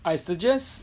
I suggest